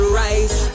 rise